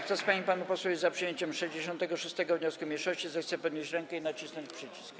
Kto z pań i panów posłów jest za przyjęciem 66. wniosku mniejszości, zechce podnieść rękę i nacisnąć przycisk.